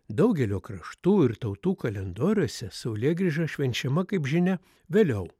daugelio kraštų ir tautų kalendoriuose saulėgrįža švenčiama kaip žinia vėliau